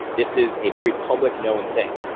this is a very public known thing.